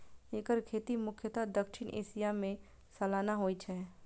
एकर खेती मुख्यतः दक्षिण एशिया मे सालाना होइ छै